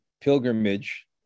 pilgrimage